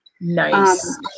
Nice